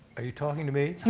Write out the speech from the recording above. are you talking to me?